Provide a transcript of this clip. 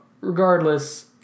Regardless